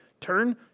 Turn